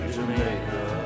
Jamaica